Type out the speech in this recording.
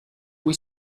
cui